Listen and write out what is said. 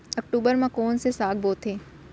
अक्टूबर मा कोन से साग बोथे?